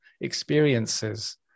experiences